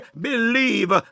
believe